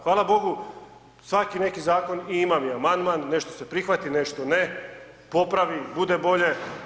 Hvala Bogu svaki neki dan i ima mi amandman, nešto se prihvati, nešto ne, popravi, bude bolje.